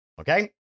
okay